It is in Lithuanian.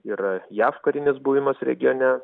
ir jav karinis buvimas regione